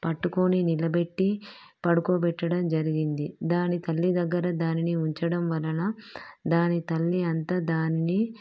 పట్టుకోని నిలబెట్టి పడుకోబెట్టడం జరిగింది దాని తల్లి దగ్గర దానిని ఉంచడం వలన దాని తల్లి అంత దానిని